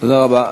תודה רבה.